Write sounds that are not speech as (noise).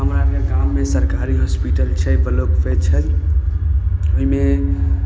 हमरा (unintelligible) गाम शमे सरकारी हॉस्पिटल छै ब्लाॅकमे छै ओहिमे